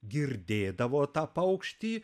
girdėdavo tą paukštį